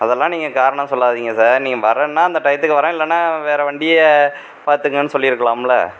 அதெல்லாம் நீங்கள் காரணம் சொல்லாதீங்கள் சார் நீங்கள் வர்றதுனா அந்த டயத்துக்கு வரேன் இல்லைனா வேற வண்டியை பாத்துக்கங்க சொல்லிருக்கலாமில